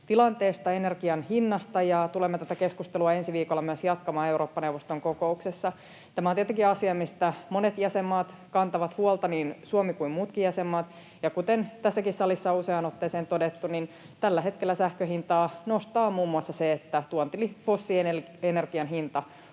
tilanteesta ja energian hinnasta, ja tulemme tätä keskustelua ensi viikolla myös jatkamaan Eurooppa-neuvoston kokouksessa. Tämä on tietenkin asia, mistä monet jäsenmaat kantavat huolta, niin Suomi kuin muutkin jäsenmaat, ja kuten tässäkin salissa useaan otteeseen on todettu, tällä hetkellä sähkön hintaa nostaa muun muassa se, että tuontifossiilienergian hinta